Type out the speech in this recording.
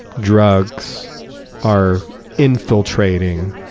drugs are infiltrating